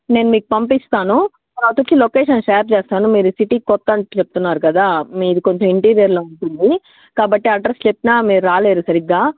నేను మీకు పంపిస్తాను తరువాత వచ్చి లొకేషన్ షేర్ చేస్తాను మీరు సిటీకి కొత్తని చెప్తున్నారు కదా మీది కొంచెం ఇంటీరియర్లో ఉంటుంది కాబట్టి అడ్రస్ చెప్పినా మీరు రాలేరు సరిగ్గా